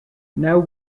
now